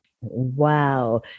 Wow